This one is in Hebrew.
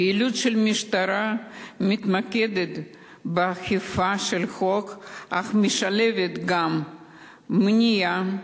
פעילותה של המשטרה מתמקדת באכיפת החוק אבל משלבת גם מניעה,